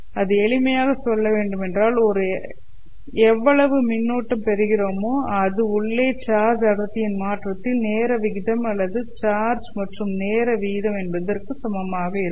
மிக எளிமையாக சொல்ல வேண்டுமென்றால் எவ்வளவு மின்னூட்டம் பெறுகிறோமோ அது உள்ளே சார்ஜ் அடர்த்தியின் மாற்றத்தின் நேர வீதம் அல்லது உள்ளே சார்ஜ் மாற்றும் நேர வீதம் என்பதற்கு சமமாக இருக்கும்